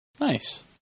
Nice